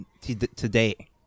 today